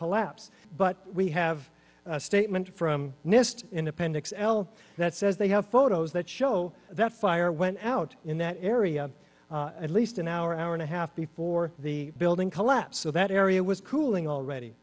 collapse but we have a statement from nist in appendix l that says they have photos that show that fire went out in that area at least an hour hour and a half before the building collapse so that area was cooling already